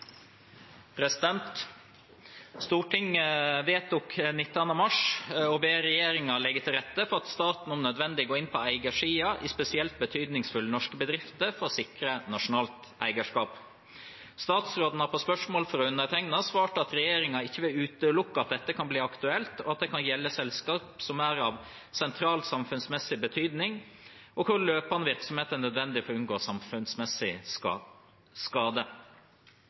rette for at staten om nødvendig går inn på eiersiden i spesielt betydningsfulle norske bedrifter for å sikre nasjonalt eierskap. Statsråden har på spørsmål fra undertegnede svart at regjeringen ikke vil utelukke at dette kan bli aktuelt, og at det kan gjelde selskaper som er av sentral samfunnsmessig betydning, og hvor løpende virksomhet er nødvendig for å unngå samfunnsmessig skade.